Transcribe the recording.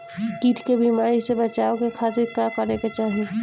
कीट के बीमारी से बचाव के खातिर का करे के चाही?